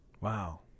Wow